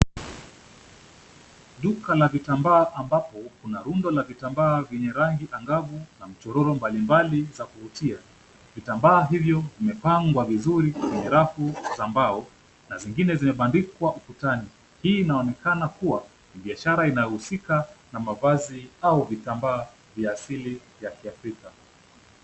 Duka la vitambaa ambapo kuna rundo la vitambaa venye rangi angavu na michororo mbalimbali za kuvutia, vitambaa hivyo vimepangwa vizuri kwenye rafu za mbao na zingine zimebandikwa ukutani, hii inaonekana kuwa ni biashara inayohusika na mavazi au vitambaa vya asili ya kiafrika.